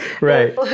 Right